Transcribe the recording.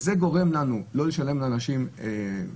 זה גורם לנו לא לשלם לאנשים חל"ת.